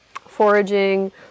foraging